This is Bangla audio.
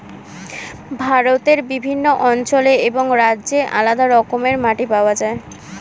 ভারতের বিভিন্ন অঞ্চলে এবং রাজ্যে আলাদা রকমের মাটি পাওয়া যায়